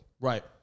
Right